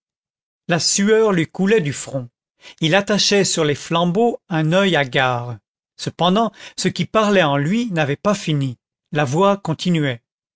la sueur lui coulait du front il attachait sur les flambeaux un oeil hagard cependant ce qui parlait en lui n'avait pas fini la voix continuait